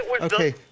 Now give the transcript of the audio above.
okay